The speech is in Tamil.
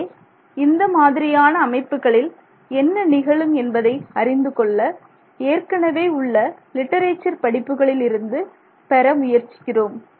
எனவே இந்த மாதிரியான அமைப்புகளில் என்ன நிகழும் என்பதை அறிந்துகொள்ள ஏற்கனவே உள்ள லிட்டரேச்சர் படிப்புகளில் இருந்து பெற முயற்சிக்கிறோம்